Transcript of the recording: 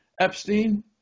epstein